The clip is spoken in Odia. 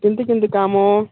କେମିତି କେମିତି କାମ